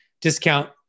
discount